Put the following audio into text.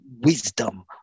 wisdom